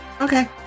okay